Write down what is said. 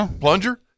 Plunger